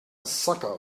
sucker